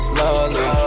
Slowly